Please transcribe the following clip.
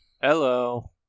Hello